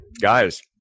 guys